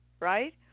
right